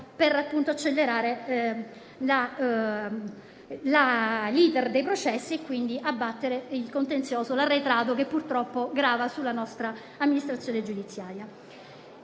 per accelerare l'*iter* dei processi e, quindi, abbattere il contenzioso arretrato, che purtroppo grava sulla nostra amministrazione giudiziaria.